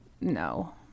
No